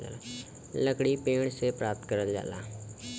लकड़ी पेड़ से प्राप्त करल जाला